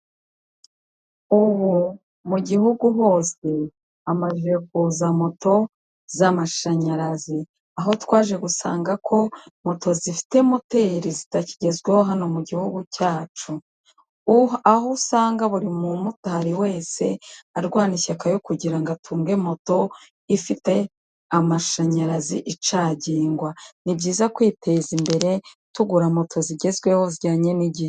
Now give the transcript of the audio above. Ubu mu gihugu hose hamaze kuza moto z'amashanyarazi. Aho twaje gusanga ko moto zifite moteri zitakigezweho hano mu gihugu cyacu, aho usanga buri mu motari wese arwana ishyaka yo kugirango atunge moto ifite amashanyarazi icagingwa. Nibyiza kwiteza imbere, tugura moto zigezweho, zijyanye n'igihe.